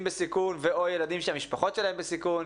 בסיכון או ילדים בסיכון שגם המשפחות שלהם בסיכון.